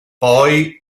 poi